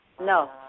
No